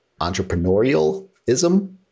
entrepreneurialism